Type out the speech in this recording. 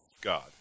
God